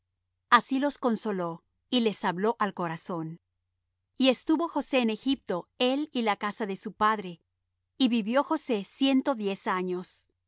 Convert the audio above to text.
así los consoló y les habló al corazón y estuvo josé en egipto él y la casa de su padre y vivió josé ciento diez años